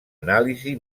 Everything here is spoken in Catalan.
anàlisi